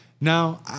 Now